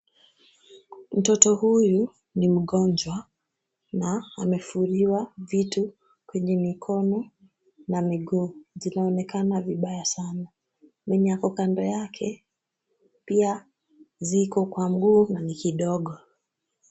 Mtoto huyu ni mgonjwa, na amefungiwa vitu kwenye mikono na miguu. Anaonekana vibaya sana mwenye ako kando yake, pia ziko kwa miguu na ni kidogo.